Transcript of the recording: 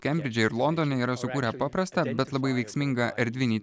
kembridže ir londone yra sukūrę paprastą bet labai veiksmingą erdvinį testą kuris padeda nustatyti